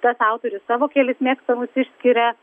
tas autorius savo kelis mėgstamus išskiria